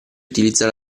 utilizza